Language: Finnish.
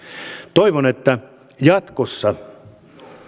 toivon että jatkossa